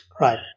Right